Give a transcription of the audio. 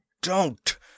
don't